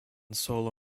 solo